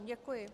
Děkuji.